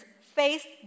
faced